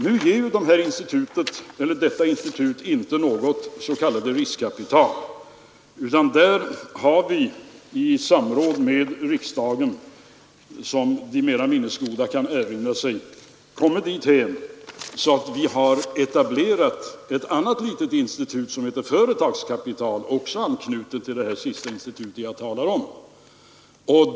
Nu ger detta institut inte något s.k. riskkapital, utan vi har — som de mera minnesgoda kan erinra sig — i samråd med riksdagen kommit dithän att vi har etablerat ett annat institut, som heter Företagskapital och som också är anknutet till det institut jag nyss nämnde.